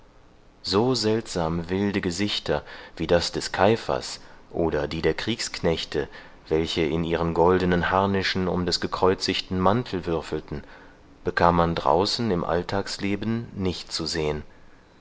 so seltsam wilde gesichter wie das des kaiphas oder die der kriegsknechte welche in ihren goldenen harnischen um des gekreuzigten mantel würfelten bekam man draußen im alltagsleben nicht zu sehen